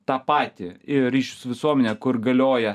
tą patį į ryšių su visuomene kur galioja